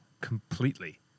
completely